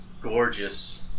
gorgeous